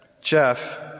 Jeff